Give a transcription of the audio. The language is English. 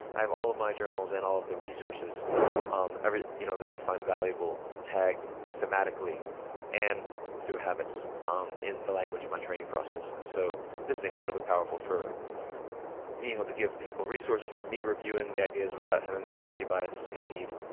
i have all of my journals and all of the resources um you know that i find valuable tagged thematically and through habits um in the language of my training process. and so this is incredibly powerful for being able to give people resources, for me reviewing the ideas without having a recency bias impede,